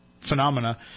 phenomena